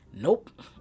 Nope